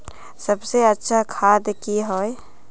सबसे अच्छा खाद की होय?